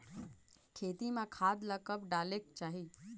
खेती म खाद ला कब डालेक चाही?